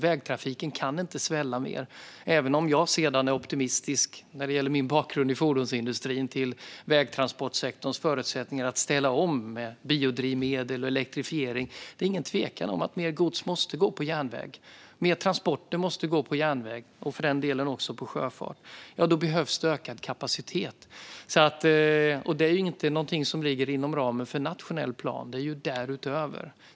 Vägtrafiken kan inte svälla mer. Även om jag med min bakgrund i fordonsindustrin är optimistisk när det gäller vägtransportsektorns förutsättningar att ställa om med biodrivmedel och elektrifiering råder det ingen tvekan om att mer gods måste gå på järnväg. Mer transporter måste gå på järnväg och för den delen också på sjön. Då behövs det ökad kapacitet. Det är inget som ligger inom ramen för den nationella planen, utan det går därutöver.